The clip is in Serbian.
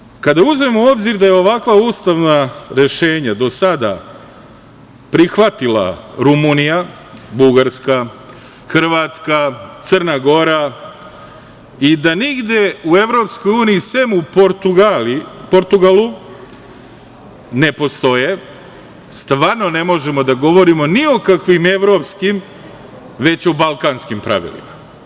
Poštovani, kada uzmemo u obzir da je ovakva ustavna rešenja do sada prihvatila Rumunija, Bugarska, Hrvatska, Crna Gora i da negde u EU sem u Portugalu ne postoje, stvarno ne možemo da govorimo ni o kakvim evropskim, već o balkanskim pravilima.